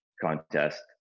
contest